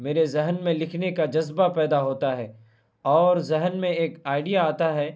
میرے ذہن میں لکھنے کا جذبہ پیدا ہوتا ہے اور ذہن میں ایک آئیڈیا آتا ہے